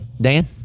Dan